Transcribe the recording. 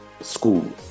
school